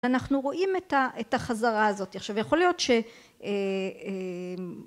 אנחנו רואים את ה.. את החזרה הזאת, עכשיו יכול להיות ש...